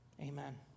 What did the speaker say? Amen